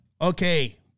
okay